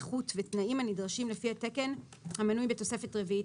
איכות ותנאים הנדרשים לפי התקן המנוי בתוספת הרביעית